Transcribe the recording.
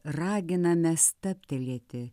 raginame stabtelėti